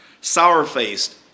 sour-faced